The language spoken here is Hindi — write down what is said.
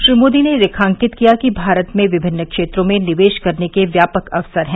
श्री मोदी ने रेखांकित किया कि भारत में विभिन्न क्षेत्रों में निवेश करने के व्यापक अवसर हैं